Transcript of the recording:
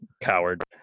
Coward